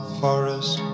forest